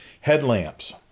Headlamps